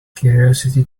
curiosity